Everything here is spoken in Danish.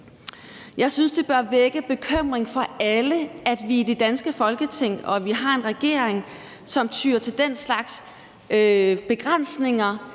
Jeg synes, det bør vække bekymring hos alle i det danske Folketing, at vi har en regering, som tyer til den slags begrænsninger.